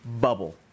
bubble